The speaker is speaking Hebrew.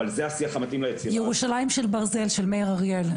אבל זה השיח המתאים ליצירה הזו -- "ירושלים של ברזל" של מאיר אריאל,